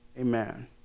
Amen